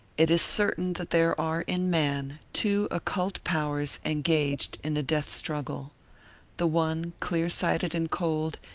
it is certain that there are in man two occult powers engaged in a death struggle the one, clear-sighted and cold,